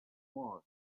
mars